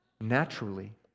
naturally